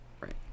right